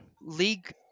league